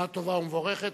שנה טובה ומבורכת.